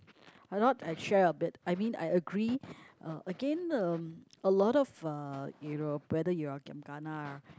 why not I share a bit I mean I agree uh again um a lot of uh you know whether you are giam-gana